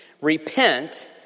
Repent